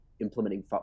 implementing